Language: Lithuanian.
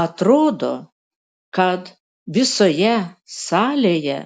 atrodo kad visoje salėje